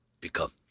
become